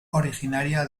originaria